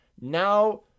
Now